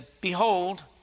behold